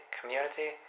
community